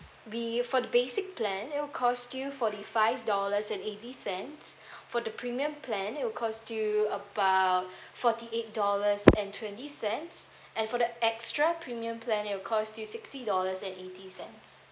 we for the basic plan it will cost you forty five dollars and eighty cents for the premium plan it will cost you about forty eight dollars and twenty cents and for the extra premium plan it will cost you sixty dollars and eighty cents